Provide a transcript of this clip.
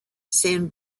san